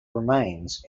remains